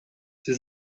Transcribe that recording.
sie